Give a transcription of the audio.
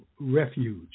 refuge